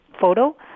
photo